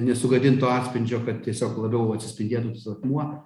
nesugadint to atspindžio kad tiesiog labiau atsispindėtų tas akmuo